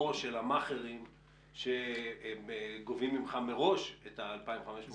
של המאכרים שגובים ממך מראש את ה-3,000-2,500 שקלים?